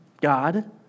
God